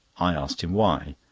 i asked him why.